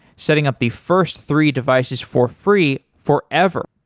setting up the first three devices for free forever.